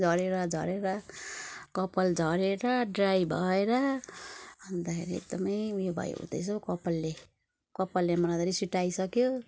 झरेर झरेर कपाल झरेर ड्राई भएर अन्तखेरि एकदमै उयो भयो हुँदैछ हौ कपालले कपालले मलाई त रिस उठाइसक्यो